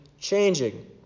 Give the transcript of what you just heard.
changing